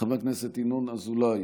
חבר הכנסת ינון אזולאי,